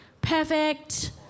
perfect